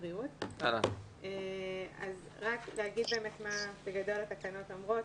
נבקש ממשרד הבריאות להציג בגדול מה התקנות אומרות.